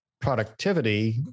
productivity